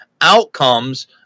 outcomes